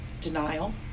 denial